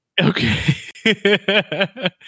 Okay